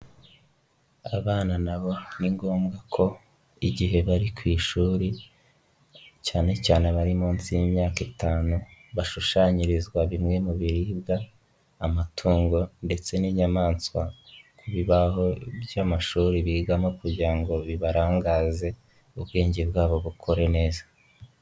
Abana na bo ni ngombwa ko igihe bari ku ishuri cyane cyane abari munsi y'imyaka itanu bashushanyirizwa bimwe mu biribwa amatungo ndetse n'inyamaswa ku bibaho by'amashuri bigamo kugira ngo bibarangaze ubwenge bwabo bukore neza.